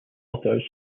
authors